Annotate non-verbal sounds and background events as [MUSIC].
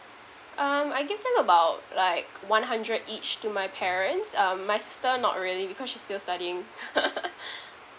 um I give them about like one hundred each to my parents um my sister not really because she's still studying [LAUGHS]